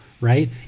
right